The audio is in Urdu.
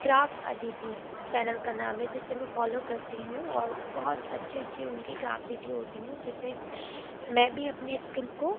کراف ادیتی چینل کا نام ہے جسے میں فالو کرتی ہوں اور بہت اچھی اچھی ان کی کراف ویڈیو ہوتی ہیں جسے میں بھی اپنی اسکل کو